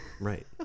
Right